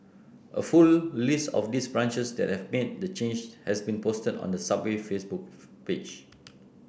a full list of these branches that have made the change has been posted on the Subway Facebook page